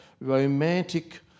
romantic